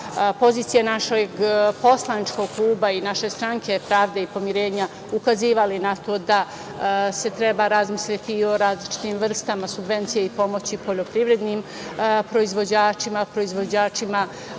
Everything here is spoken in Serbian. pozicije našeg poslaničkog kluba i naše Stranke pravde i pomirenja ukazivali na to da se treba razmisliti i o različitim vrstama subvencije i pomoći poljoprivrednim proizvođačima, proizvođačima